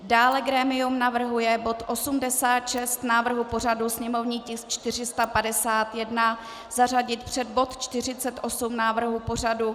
Dále grémium navrhuje bod 86 návrhu pořadu, sněmovní tisk 451, zařadit před bod 48 návrhu pořadu.